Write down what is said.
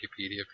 Wikipedia